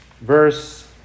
verse